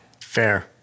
Fair